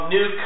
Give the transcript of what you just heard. New